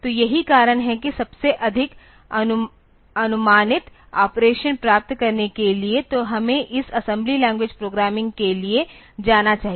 तो यही कारण है कि सबसे अधिक अनुमानित ऑपरेशन प्राप्त करने के लिए तो हमें इस असेंबली लैंग्वेज प्रोग्रामिंग के लिए जाना चाहिए